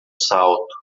salto